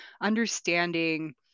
understanding